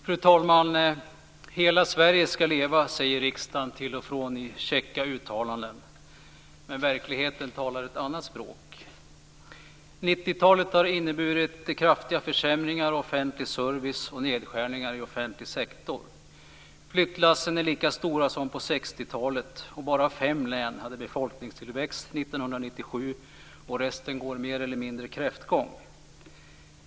Fru talman! Hela Sverige skall leva, säger riksdagen till och från i käcka uttalanden, men verkligheten talar ett annat språk. 90-talet har inneburit kraftiga försämringar av offentlig service och nedskärningar i offentlig sektor. Flyttlassen är lika stora som på 60 talet. Bara fem län hade befolkningstillväxt 1997, och resten går mer eller mindre kräftgång.